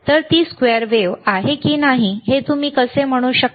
तर ती square wave आहे की नाही हे तुम्ही कसे म्हणू शकता